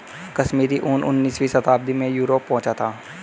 कश्मीरी ऊन उनीसवीं शताब्दी में यूरोप पहुंचा था